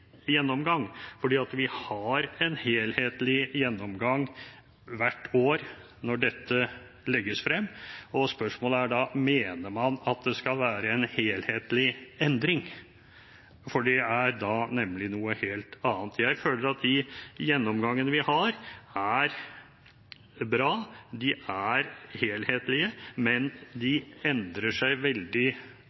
gjennomgang. For vi har en helhetlig gjennomgang hvert år når dette legges frem, og spørsmålet er da: Mener man at det skal være en helhetlig endring? Det er nemlig noe helt annet. Jeg føler at de gjennomgangene vi har, er bra. De er helhetlige, men de endrer seg veldig